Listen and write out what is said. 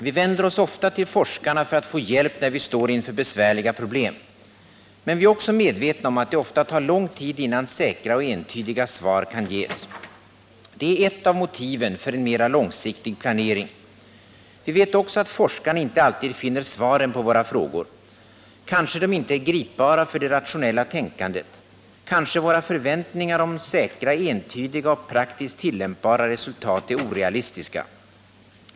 Vi vänder oss ofta till forskarna för att få hjälp när vi står inför besvärliga problem. Men vi är också medvetna om att det ofta tar lång tid innan säkra och entydiga svar kan ges. Det är ert av motiven för en mera långsiktig planering. Vi vet också att forskarna inte alltid finner svaren på våra frågor. Kanske de inte är gripbara för det rationella tänkandet, kanske våra förväntningar om säkra, entydiga och praktiskt tillämpbara resultat är orealistiska.